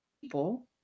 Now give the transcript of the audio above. people